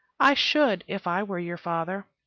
i should, if i were your father.